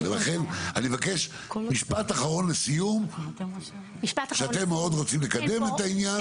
ולכן אני מבקש משפט אחרון לסיום שאתם מאוד רוצים לקדם את העניין.